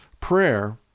prayer